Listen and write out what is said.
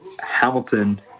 Hamilton